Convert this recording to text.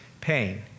pain